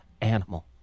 animal